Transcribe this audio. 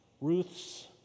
Ruth's